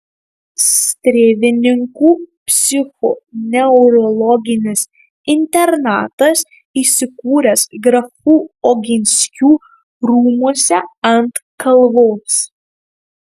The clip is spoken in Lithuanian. strėvininkų psichoneurologinis internatas įsikūręs grafų oginskių rūmuose ant kalvos